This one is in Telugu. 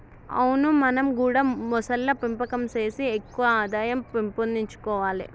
అవును మనం గూడా మొసళ్ల పెంపకం సేసి ఎక్కువ ఆదాయం పెంపొందించుకొవాలే